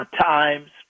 times